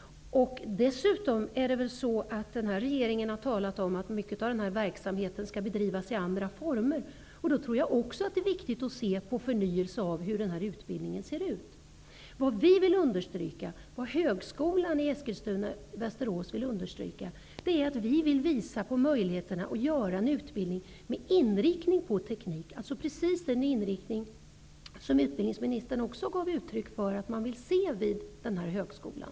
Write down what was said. Det är dessutom så, att regeringen har talat om att mycket av denna verksamhet skall bedrivas i andra former. Då tror jag också att det är viktigt att undersöka hur utbildningen kan förnyas. Vi vill tillsammans med högskolan i Eskilstuna/Västerås visa på möjligheterna att göra en utbildning med inriktning på teknik -- dvs. precis den inriktning som utbildningsministern vill se vid denna högskola.